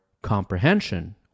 comprehension